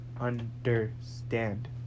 understand